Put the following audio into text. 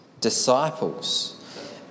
disciples